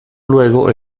luego